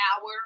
hour